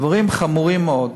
דברים חמורים מאוד.